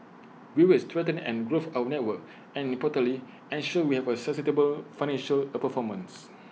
we will strengthen and grows our network and importantly ensure we have A sustainable financial A performance